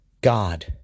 God